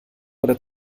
oder